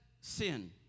sin